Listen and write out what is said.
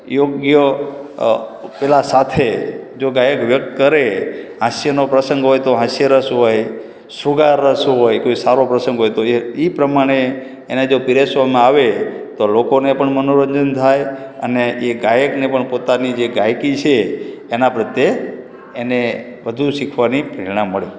યોગ્ય પેલા સાથે જો ગાયક વ્યક્ત કરે જો હાસ્યનો પ્રસંગ હોય તો હાસ્ય રસ હોય શૃંગાર રસ હોય કોઈ સારો પ્રસંગ હોય તો એ પ્રમાણે એને જો પીરસવામાં આવે તો લોકોને પણ મનોરંજન થાય અને એ ગાયકને પણ પોતાની જે ગાયકી છે એના પ્રત્યે એને વધુ શીખવાની પ્રેરણા મળે